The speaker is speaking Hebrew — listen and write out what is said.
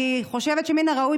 אני חושבת שמן הראוי,